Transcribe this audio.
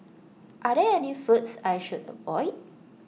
are there any foods I should avoid